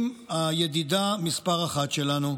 עם הידידה מס' אחת שלנו.